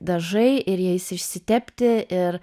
dažai ir jais išsitepti ir